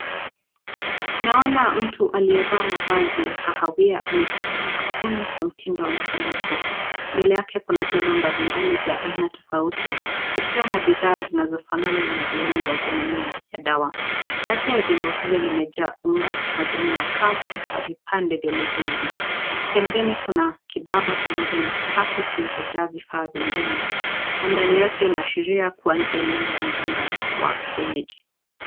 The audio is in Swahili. Naona mtu aliyevalia mavazi ya kahawia ameketi sakafuni kwa mtindo wa mtambiko. Mbele yake kuna vyombo mbalimbali vya aina tofauti, vikiwa na bidhaa zinazofanana na viungo vya mimea ya dawa. Baadhi ya vyombo hivyo vimejaa unga, majani makavu na vipande vya mizizi. Pembeni kuna kibaba pamoja na kikapu kilichojaa vifaa vingine. Mandhari yote inaashiria kuwa ni eneo la mganga wa kienyeji.